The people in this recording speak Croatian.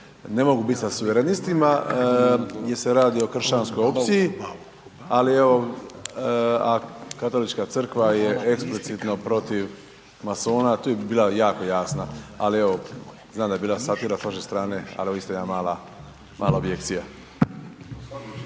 Ne mogu biti sa suverenistima, jer se radi o kršćanskoj opciji, ali evo, a Katolička Crkva je eksplicitno protiv masona, tu bi bila jako jasna, ali evo, znam da je bila satira s vaše strane, ali evo, isto jedna mala, mala objekcija.